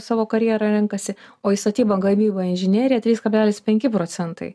savo karjerą renkasi o į statybą gamybą inžineriją trys kablelis penki procentai